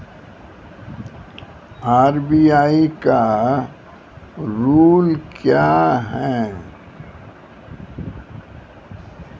RBI का rule क्या हैं?